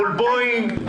מול בואינג,